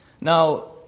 Now